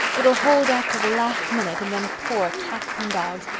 it'll hold off till the last minute and then pour cats and dogs.